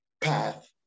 path